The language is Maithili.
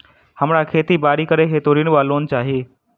हमरा खेती बाड़ी करै हेतु ऋण वा लोन चाहि?